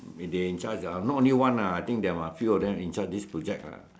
they in charge ah not only one ah I think they about a few of them in charge this project ah